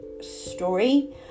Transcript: story